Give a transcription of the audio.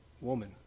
woman